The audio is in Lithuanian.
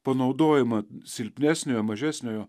panaudojimą silpnesniojo mažesniojo